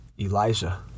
Elijah